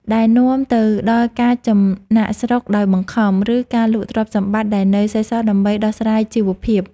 ដែលនាំទៅដល់ការចំណាកស្រុកដោយបង្ខំ ឬការលក់ទ្រព្យសម្បត្តិដែលនៅសេសសល់ដើម្បីដោះស្រាយជីវភាព។